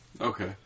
Okay